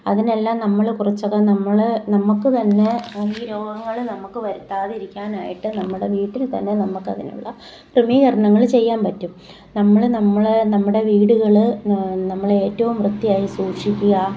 അതിനെല്ലാം നമ്മൾ കുറച്ചൊക്കെ നമ്മൾ നമുക്ക് തന്നെ ഈ രോഗങ്ങൾ നമുക്ക് വരുത്താതിരിക്കാനായിട്ട് നമ്മുടെ വീട്ടിൽ തന്നെ നമുക്ക് അതിനുള്ള ക്രമീകരണങ്ങൾ ചെയ്യാൻ പറ്റും നമ്മൾ നമ്മളേ നമ്മുടെ വീടുകൾ നമ്മൾ ഏറ്റവും വൃത്തിയായി സൂക്ഷിക്കുക